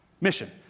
mission